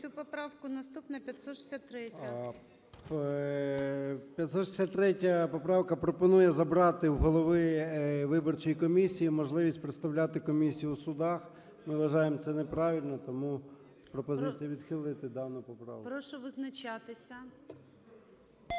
поправка пропонує забрати у голови виборчої комісії можливість представляти комісію у судах. Ми вважаємо це неправильно. Тому пропозиція відхилити дану поправку. ГОЛОВУЮЧИЙ. Прошу визначатися.